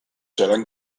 seran